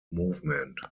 movement